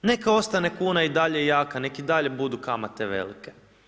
Neka ostane kuna i dalje jaka, neka i dalje budu kamate velike.